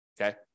okay